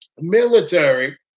military